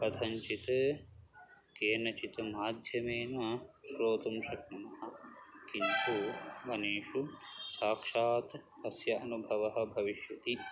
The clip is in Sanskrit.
कथञ्चित् केनचित् माध्यमेन श्रोतुं शक्नुमः किन्तु वनेषु साक्षात् अस्य अनुभवः भविष्यति